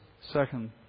second